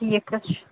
ٹھیٖک حظ چھُ